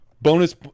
Bonus